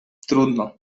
trudno